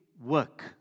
work